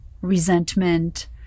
resentment